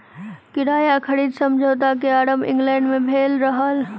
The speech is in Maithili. किराया खरीद समझौता के आरम्भ इंग्लैंड में भेल रहे